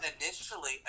initially